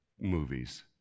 movies